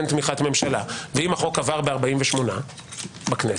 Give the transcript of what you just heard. ואם החוק עבר ב-48 בכנסת,